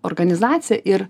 organizaciją ir